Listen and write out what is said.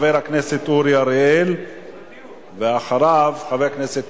אחריו, חבר הכנסת אורי אריאל, ואחריו, חבר הכנסת